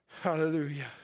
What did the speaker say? Hallelujah